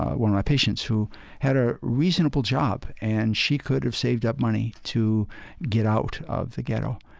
one of my patients, who had a reasonable job and she could have saved up money to get out of the ghetto,